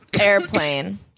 Airplane